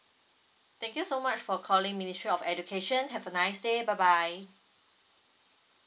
thank you so much for calling ministry of education have a nice day bye bye